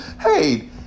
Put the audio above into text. hey